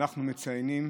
אנחנו מציינים